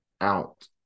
out